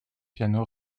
piano